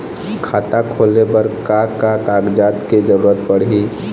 खाता खोले बर का का कागजात के जरूरत पड़ही?